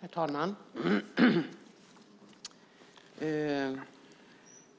Herr talman!